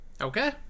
okay